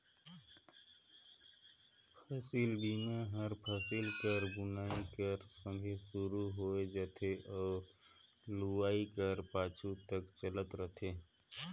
फसिल बीमा हर फसिल कर बुनई कर संघे सुरू होए जाथे अउ लुवई कर पाछू तक चलत रहथे